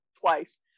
twice